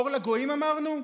אור לגויים, אמרנו?